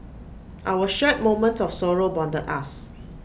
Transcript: our shared moment of sorrow bonded us